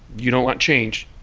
you don't want change